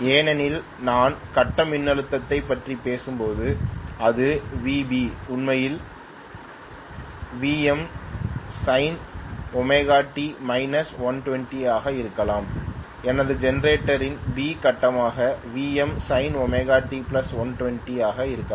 ஏனெனில் நான் கட்டம் மின்னழுத்தத்தைப் பற்றி பேசும்போது அது Vb உண்மையில் Vm sinωt −120 ஆக இருக்கலாம் எனது ஜெனரேட்டரில் B கட்டமாக Vm sinωt 120 ஆக இருக்கலாம்